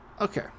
Okay